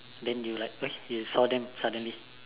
then you like why you saw them suddenly